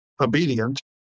obedient